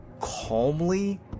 calmly